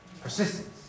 Persistence